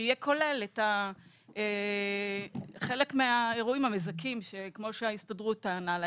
שיכלול חלק מהאירועים המזכים כמו שההסתדרות טענה.